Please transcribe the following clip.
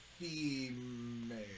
female